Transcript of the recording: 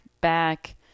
back